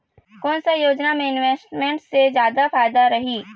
कोन सा योजना मे इन्वेस्टमेंट से जादा फायदा रही?